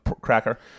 cracker